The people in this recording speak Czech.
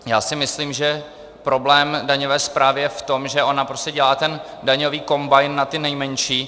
Já si myslím, že problém daňové správy je v tom, že ona prostě dělá daňový kombajn na ty nejmenší.